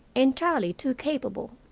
entirely too capable.